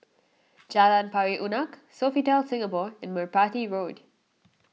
Jalan Pari Unak Sofitel Singapore and Merpati Road